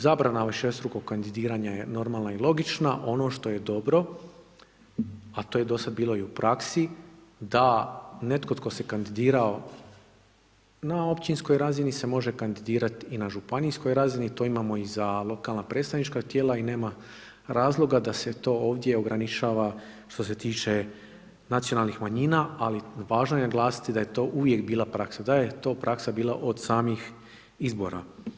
Zabrana višestrukog kandidiranja je normalna i logična, ono što je dobro, a to je dosad bilo i u praksi, da netko tko se kandidirao na općinskoj razini se može kandidirat i na županijskoj razini, to imamo i za lokalna predstavnička tijela i nema razloga da se to ovdje ograničava što se tiče nacionalnih manjina, ali važno je naglasiti da je to uvijek bila praksa, da je to bila praksa od samih izbora.